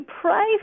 pray